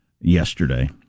yesterday